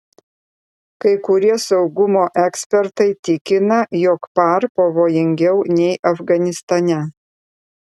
kai kurie saugumo ekspertai tikina jog par pavojingiau nei afganistane